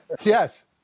Yes